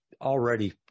already